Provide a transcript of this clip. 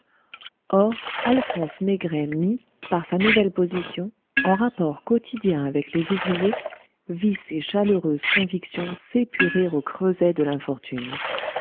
or alphonse maigret mis par sa nouvelle position en rapport quotidien avec les ouvriers vit ses chaleureuses convictions s'épurer au creuset de l'infortune